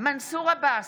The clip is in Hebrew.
מנסור עבאס,